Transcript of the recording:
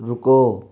रुको